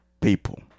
people